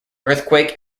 earthquake